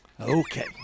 Okay